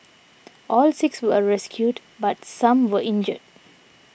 all six were rescued but some were injured